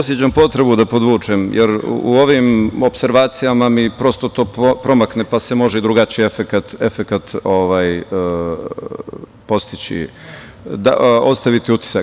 Osećam potrebu da podvučem, jer u ovim opservacijama mi prosto to promakne, pa se može i drugačiji efekat postići, ostaviti utisak.